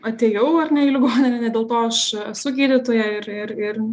atėjau ar ne į ligoninę ne dėl to aš su gydytoja ir ir ir